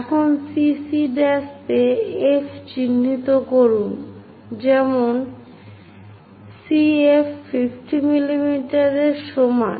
এখন CC' তে F চিহ্নিত করুন 'যেমন CF 50 mm এর সমান